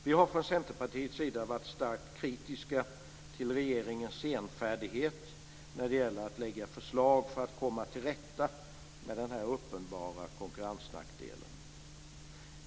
Vi har från Centerpartiets sida varit starkt kritiska till regeringens senfärdighet när det gäller att lägga fram förslag för att komma till rätta med den här uppenbara konkurrensnackdelen.